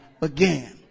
again